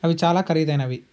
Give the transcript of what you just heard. అవి చాలా ఖరీదైనవి